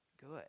good